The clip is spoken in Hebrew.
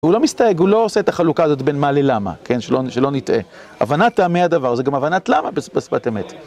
הוא לא מסתייג, הוא לא עושה את החלוקה הזאת בין מה ללמה, כן, שלא נטעה. הבנת טעמי הדבר זה גם הבנת למה, בשפת אמת.